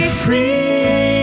free